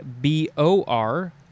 B-O-R